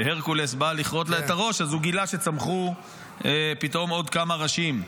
שהרקולס בא לכרות לה את הראש אז הוא גילה שצמחו פתאום עוד כמה ראשים.